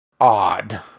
odd